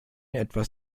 etwas